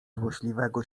złośliwego